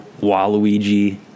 Waluigi